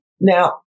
Now